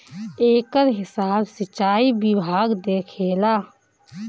एकर हिसाब सिंचाई विभाग देखेला